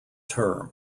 term